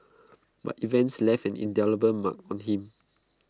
but events left an indelible mark on him